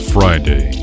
Friday